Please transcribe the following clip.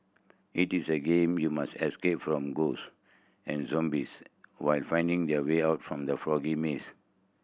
it is the game you must escape from ghosts and zombies while finding the way out from the foggy maze